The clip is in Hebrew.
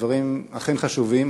הדברים אכן חשובים.